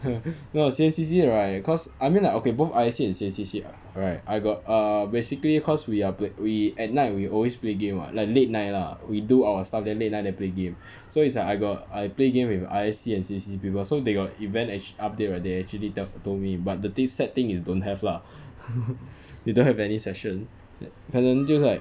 no C_F_C_C right cause I mean like okay both I_S_C and C_F_C_C right I got uh basically cause we are plan we at night we always play game [what] like late night lah we do our stuff then late night then play game so it's like I got I play game with I_S_C and C_F_C_C people so they got event act~ update right they actually tell told me but the sad thing is don't have lah they don't have any session 可能就是 like